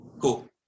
Cool